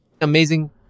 Amazing